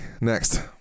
next